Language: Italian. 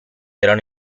erano